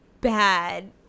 bad